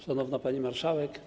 Szanowna Pani Marszałek!